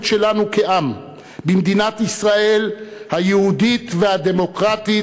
שלנו כעם במדינת ישראל היהודית והדמוקרטית,